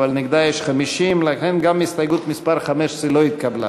אבל נגדה יש 50. לכן גם הסתייגות מס' 15 לא התקבלה.